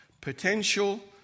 Potential